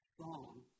song